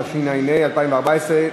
התשע"ה 2014,